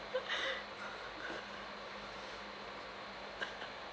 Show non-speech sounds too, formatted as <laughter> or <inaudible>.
<laughs>